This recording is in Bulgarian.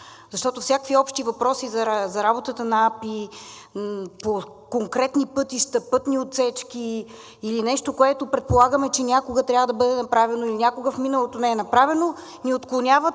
Защото всякакви общи въпроси за работата на АПИ по конкретни пътища, пътни отсечки или нещо, което предполагаме, че някога трябва да бъде направено или някога в миналото не е направено, ни отклоняват